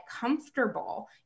comfortable